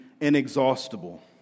inexhaustible